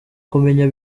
kumenya